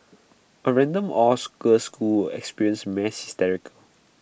A random all girls school experience mass hysteria